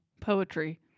Poetry